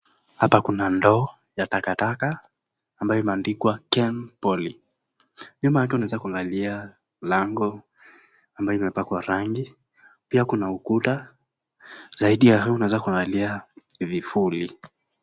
Hapa kuna ndoo ya takataka ambayo imeandikwa kenpoly. Nyuma yake unaweza kuangalia mlango ambayo imepakwa rangi. Pia kuna ukuta zaidi ya hii unaweza kuangalia vifuli.